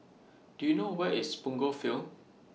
Do YOU know Where IS Punggol Field